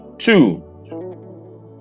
Two